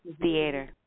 theater